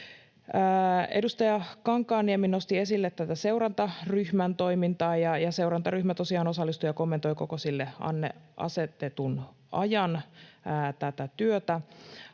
Edustaja Kankaanniemi nosti esille seurantaryhmän toimintaa. Seurantaryhmä tosiaan osallistui ja kommentoi koko sille asetetun ajan tätä työtä.